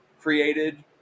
created